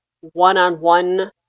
one-on-one